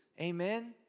Amen